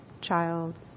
child